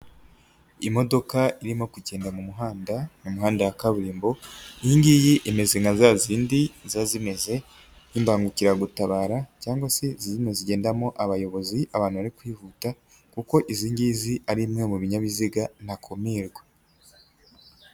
Imodoka irimo kugenda mu muhanda, mu mihanda ya kaburimbo iyi ngiyi imeze nka zazindi ziba zimeze nk'imbangukiragutabara cyangwa se nka zimwe zigendamo abayobozi, abantu bari kwihuta kuko izi ngizi ari imwe mu binyabiziga ntakumirwa.